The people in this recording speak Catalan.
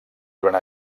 durant